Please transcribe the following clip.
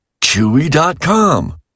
Chewy.com